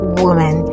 woman